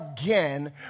again